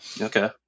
Okay